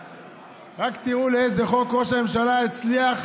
רק תראו לאיזה חוק ראש הממשלה הצליח,